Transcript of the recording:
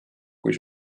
kui